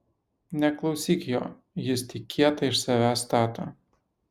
neklausyk jo jis tik kietą iš savęs stato